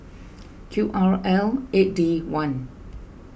Q R L eight D one